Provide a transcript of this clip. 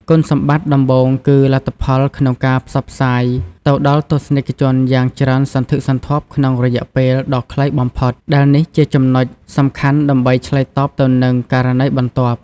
គុណសម្បត្តិដំបូងគឺលទ្ធភាពក្នុងការផ្សព្វផ្សាយទៅដល់ទស្សនិកជនយ៉ាងច្រើនសន្ធឹកសន្ធាប់ក្នុងរយៈពេលដ៏ខ្លីបំផុត ដែលនេះជាចំណុចសំខាន់ដើម្បីឆ្លើយតបទៅនឹងករណីបន្ទាន់។